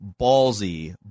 ballsy